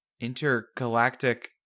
intergalactic